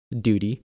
duty